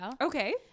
okay